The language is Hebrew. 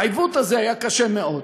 העיוות הזה היה קשה מאוד.